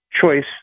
choice